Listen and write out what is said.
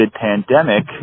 pandemic